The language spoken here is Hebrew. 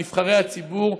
נבחרי הציבור,